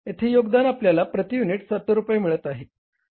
येथे योगदान आपल्याला प्रति युनिट 70 रुपये मिळत आहेत